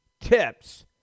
tips